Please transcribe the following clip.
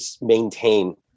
maintain